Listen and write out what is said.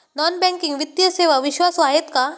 Non banking वित्तीय सेवा विश्वासू आहेत का?